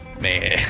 Man